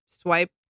swipe